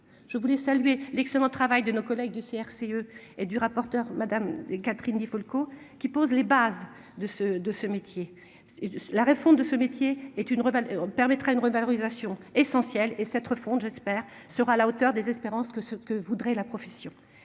Je voulais saluer l'excellent travail de nos collègues du CRCE et du rapporteur Madame Catherine Di Folco qui pose les bases de ce de ce métier c'est la réforme de ce métier est une. Permettra une revalorisation essentiel et cette refonte j'espère sera à la hauteur des espérances que ce que voudrait la profession